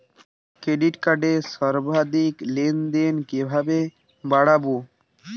Credit কার্ডের সর্বাধিক লেনদেন কিভাবে বাড়াবো?